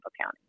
County